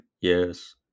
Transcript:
yes